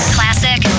Classic